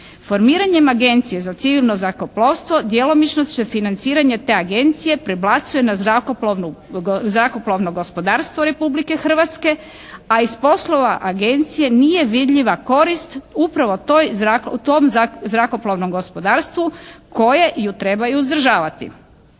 Formiranjem Agencije za civilno zrakoplovstvo djelomično će financiranje te Agencije prebacuje na zrakoplovnu, zrakoplovno gospodarstvo Republike Hrvatske a iz poslova agencije nije vidljiva korist upravo toj, tom zrakoplovnom gospodarstvu koje ju treba i uzdržavati.